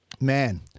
man